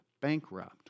bankrupt